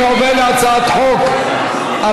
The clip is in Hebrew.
אני עובר להצעת חוק הבאה,